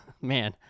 man